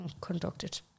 conducted